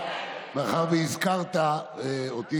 מאחר שהזכרת אותי,